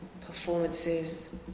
performances